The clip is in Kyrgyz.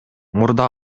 мурда